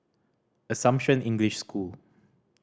Assumption English School